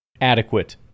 Adequate